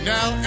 Now